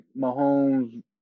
Mahomes